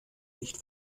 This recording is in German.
nicht